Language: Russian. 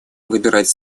выбирать